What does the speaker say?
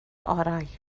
orau